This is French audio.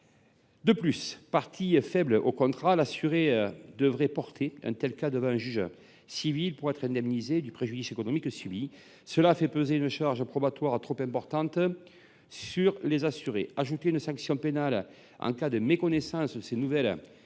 De plus, partie faible au contrat, l’assuré devrait porter un tel cas devant un juge civil pour être indemnisé du préjudice économique subi. Cela fait peser une charge probatoire trop importante sur les assurés. Ajouter une sanction pénale en cas de méconnaissance de ces nouvelles obligations